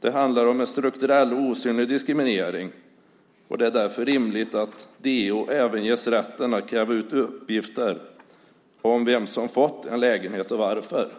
Det handlar om en strukturell och osynlig diskriminering, och det är därför rimligt att DO även ges rätten att kräva ut uppgifter om vem som fått en lägenhet och varför.